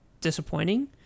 disappointing